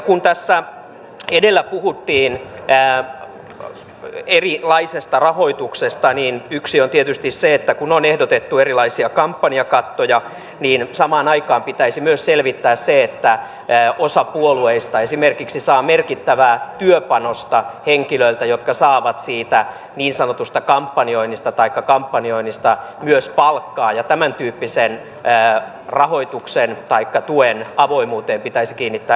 kun tässä edellä puhuttiin erilaisesta rahoituksesta niin yksi on tietysti se että kun on ehdotettu erilaisia kampanjakattoja niin samaan aikaan pitäisi myös selvittää se että osa puolueista esimerkiksi saa merkittävää työpanosta henkilöiltä jotka saavat siitä niin sanotusta kampanjoinnista taikka kampanjoinnista myös palkkaa ja tämäntyyppisen rahoituksen taikka tuen avoimuuteen pitäisi kiinnittää erityistä huomiota